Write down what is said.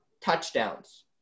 touchdowns